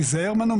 תיזהר ממנו,